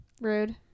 Rude